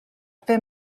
fer